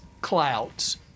clouds